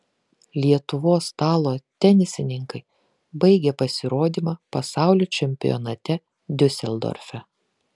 lietuvos stalo tenisininkai baigė pasirodymą pasaulio čempionate diuseldorfe